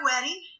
wedding